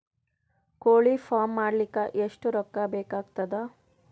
ಕೋಳಿ ಫಾರ್ಮ್ ಮಾಡಲಿಕ್ಕ ಎಷ್ಟು ರೊಕ್ಕಾ ಬೇಕಾಗತದ?